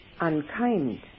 unkind